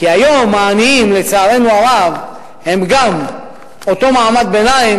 כי לצערנו הרב היום העניים הם גם אותו מעמד ביניים